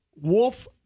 wolf